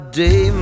day